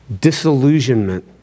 Disillusionment